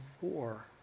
War